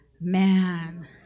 man